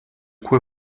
quoi